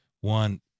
one